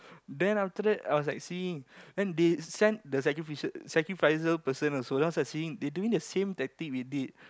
then after that I was like seeing when they send the sacrificial sacrificer person also then I was like seeing they doing the same tactic we did